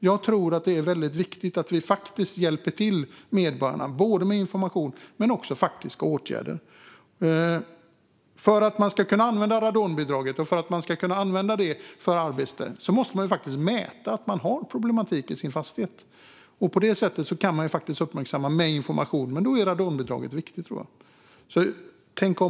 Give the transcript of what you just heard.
Jag tror att det är viktigt att vi hjälper medborgarna med såväl information som faktiska åtgärder. Innan man kan använda radonbidraget till sanering måste man ju mäta och se om man har problem med radon i sin fastighet. Detta kan man uppmärksamma med information. Då är radonbidraget viktigt, så tänk om!